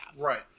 Right